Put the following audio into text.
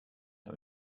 are